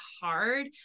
hard